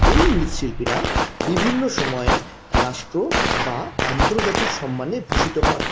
এই মৃৎশিল্পীরা বিভিন্ন সময়ে রাষ্ট্র বা আন্তর্জাতিক সম্মানে ভূষিত হন